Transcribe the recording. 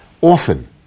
often